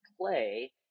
play